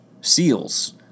seals